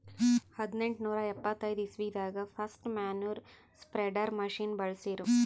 ಹದ್ನೆಂಟನೂರಾ ಎಪ್ಪತೈದ್ ಇಸ್ವಿದಾಗ್ ಫಸ್ಟ್ ಮ್ಯಾನ್ಯೂರ್ ಸ್ಪ್ರೆಡರ್ ಮಷಿನ್ ಬಳ್ಸಿರು